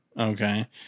Okay